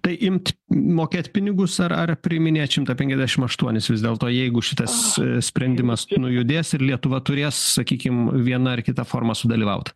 tai imt mokėt pinigus ar ar priiminėt šimtą penkiasdešim aštuonis vis dėlto jeigu šitas sprendimas nujudės ir lietuva turės sakykim viena ar kita forma sudalyvaut